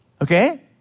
Okay